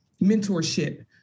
mentorship